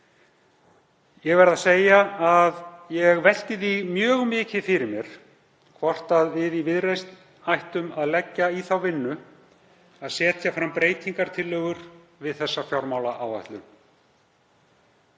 Ég verð að segja að ég velti því mjög mikið fyrir mér hvort við í Viðreisn ættum að leggja í þá vinnu að setja fram breytingartillögur við þessa fjármálaáætlun.